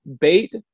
Bait